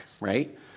right